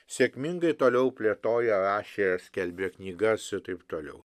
sėkmingai toliau plėtojo rašė skelbė knygas ir taip toliau